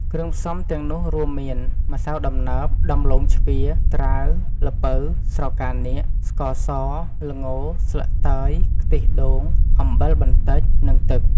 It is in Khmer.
គ្រឿងផ្សំទាំងនោះរួមមាន ម្សៅដំណើប ដំឡូងជ្វា ត្រាវ ល្ពៅ ស្រកានាគ ស្ករស ល្ង ស្លឹកតើយ ខ្ទិះដូង អំបិលបន្តិច និងទឹក។